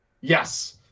Yes